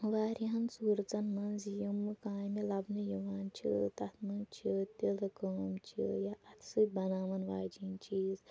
واریاہَن صوٗرژَن منٛز یِم کامہِ لَبنہٕ یِوان چھِ تَتھ منٛز چھِ تِلہٕ کٲم چھِ یا اَتھٕ سۭتۍ بَناوَن واجیٚنۍ چیٖز